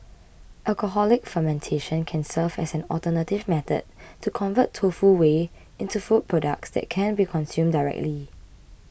alcoholic fermentation can serve as an alternative method to convert tofu whey into food products that can be consumed directly